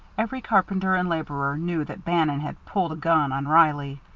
every carpenter and laborer knew that bannon had pulled a gun on reilly.